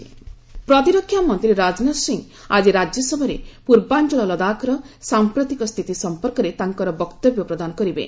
ରାଜନାଥ ସିଂହ ପ୍ରତିରକ୍ଷା ମନ୍ତ୍ରୀ ରାଜନାଥ ସିଂହ ଆଜି ରାଜ୍ୟସଭାରେ ପୂର୍ବାଞ୍ଚଳ ଲଦାଖ୍ର ସାମ୍ପ୍ରତିକ ସ୍ଥିତି ସମ୍ପର୍କରେ ତାଙ୍କର ବକ୍ତବ୍ୟ ପ୍ରଦାନ କରିବେ